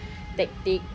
tactic